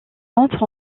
entre